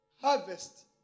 harvest